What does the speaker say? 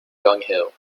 dunghill